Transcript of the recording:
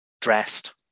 dressed